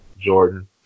Jordan